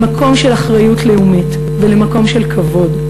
למקום של אחריות לאומית ולמקום של כבוד.